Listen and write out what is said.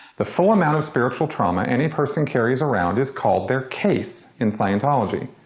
the full amount of spiritual trauma any person carries around is called their case in scientology.